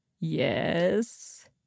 yes